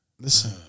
Listen